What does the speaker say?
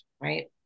right